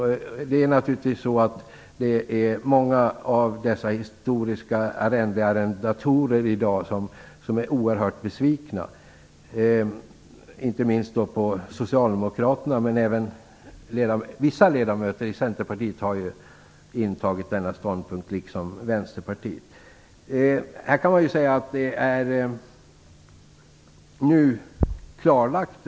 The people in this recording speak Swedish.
Många av dessa arrendatorer av historiska arrenden är naturligtvis oerhört besvikna i dag, inte minst på Socialdemokraterna. Även vissa ledamöter i Centerpartiet liksom Vänsterpartiet har intagit denna ståndpunkt. Här kan man säga att denna fråga nu är klarlagd.